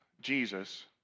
Jesus